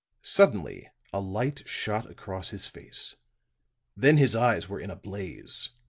suddenly a light shot across his face then his eyes were in a blaze.